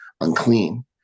unclean